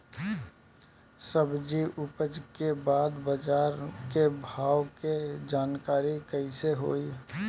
सब्जी उपज के बाद बाजार के भाव के जानकारी कैसे होई?